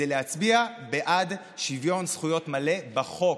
זה להצביע בעד שוויון זכויות מלא בחוק.